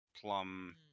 Plum